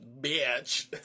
bitch